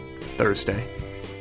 Thursday